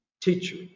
teacher